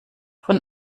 von